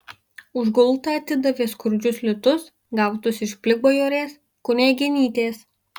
už gultą atidavė skurdžius litus gautus iš plikbajorės kunigėnytės